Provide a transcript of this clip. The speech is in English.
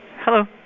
Hello